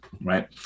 Right